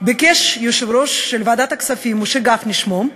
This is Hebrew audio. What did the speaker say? ביקש יושב-ראש ועדת הכספים, משה גפני שמו,